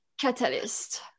catalyst